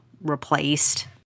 replaced